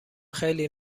خیلی